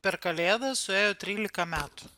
per kalėdas suėjo trylika metų